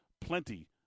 plenty